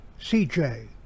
CJ